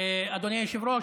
אדוני היושב-ראש,